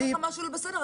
כשמשהו לא בסדר,